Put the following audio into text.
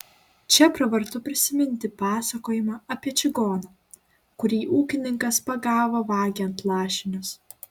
čia pravartu prisiminti pasakojimą apie čigoną kurį ūkininkas pagavo vagiant lašinius